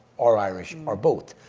or irish, or both,